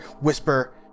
whisper